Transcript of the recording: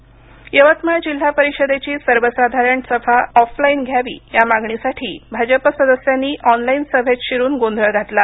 online गोंधळ यवतमाळ जिल्हा परिषदेची सर्वसाधारण सभा ऑफलाईन घ्यावी या मागणीसाठी भाजप सदस्यांनी ऑनलाईन सभेत शिरून गोंधळ घातला